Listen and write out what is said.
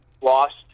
Lost